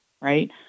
right